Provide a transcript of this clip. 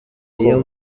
iyo